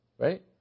Right